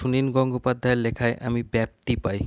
সুনীন গঙ্গোপাধ্যায়ের লেখায় আমি ব্যাপ্তি পাই